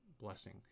blessing